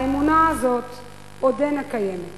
האמונה הזאת עדיין קיימת בקרבי,